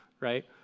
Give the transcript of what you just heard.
right